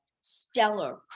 stellar